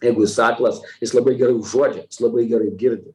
jeigu jis aklas jis labai gerai užuodžia labai gerai girdi